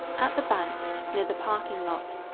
at the bank, near the parking lot,